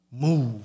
move